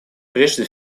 прежде